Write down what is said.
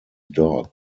dog